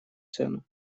цену